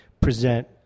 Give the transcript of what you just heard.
present